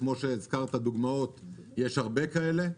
כמו שהזכרת דוגמאות יש הרבה כאלה.